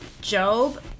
Job